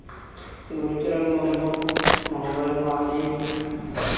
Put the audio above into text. Gurucharan Murmu Mangal Mahali